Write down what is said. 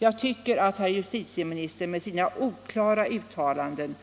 Jag tycker att herr justitieministern med sina oklara uttalanden